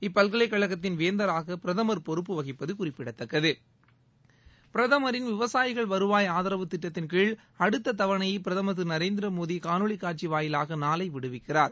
இப்பல்கலைக்கழகத்தின் வேந்தராக பிரதமர் பொறுப்பு வகிப்பது குறிப்பிடத்தக்கது பிரதமரின் விவசாயிகள் வருவாய் ஆதரவு திட்டத்தின்கீழ் அடுத்த தவணையை பிரதமர் திரு நரேந்திர மோதி காணொலி காட்சி வாயிலாக நாளை விடுவிக்கிறார்